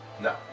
No